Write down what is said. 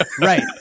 Right